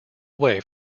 away